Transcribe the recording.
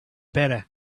better